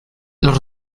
los